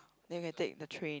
then you can take the train